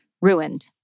ruined